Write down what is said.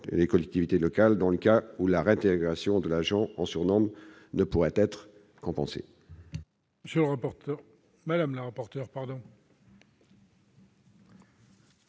par les collectivités locales dans le cas où une réintégration de l'agent en surnombre ne pourrait être compensée.